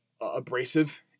abrasive